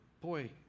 boy